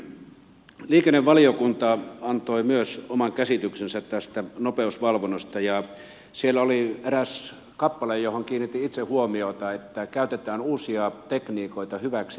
myös liikennevaliokunta antoi oman käsityksensä tästä nopeusvalvonnasta ja siellä oli eräs kappale johon kiinnitin itse huomiota että käytetään uusia tekniikoita hyväksi